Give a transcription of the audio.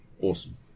awesome